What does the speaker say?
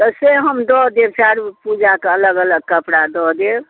पइसे हम दऽ देब चारू पूजाके अलग अलग कपड़ा दऽ देब